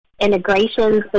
integrations